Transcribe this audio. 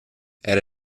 era